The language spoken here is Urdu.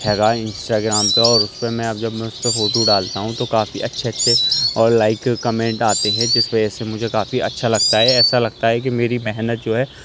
ہے گا انسٹاگرام پہ اور اس پہ میں اب جب میں اس پہ فوٹو ڈالتا ہوں تو کافی اچھے اچھے اور لائک کمینٹ آتے ہیں جس وجہ سے مجھے کافی اچھا لگتا ہے ایسا لگتا ہے کہ میری محنت جو ہے